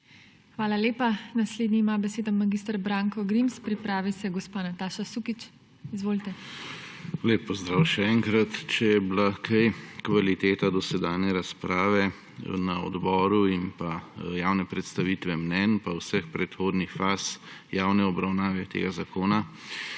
Hvala lepa. Naslednji ima besedo mag. Branko Grims, pripravi se gospa Nataša Sukič. **MAG. BRANKO GRIMS (PS SDS):** Lep pozdrav še enkrat! Če je bila kaj kvaliteta dosedanje razprave na odboru in pa javne predstavitve mnenj pa vseh predhodnih faz javne obravnave tega zakona,